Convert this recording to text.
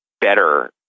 better